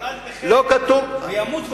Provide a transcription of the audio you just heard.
הוא נולד בחטא וימות בחטא.